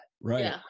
right